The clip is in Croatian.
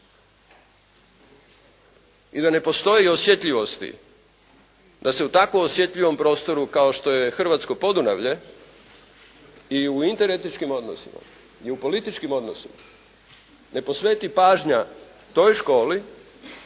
I da ne postoje osjetljivosti da se u tako osjetljivom prostoru kao što je hrvatsko Podunavlje i u interetičkim odnosima i u političkim odnosima ne posveti pažnja toj školi